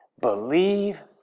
Believe